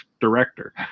director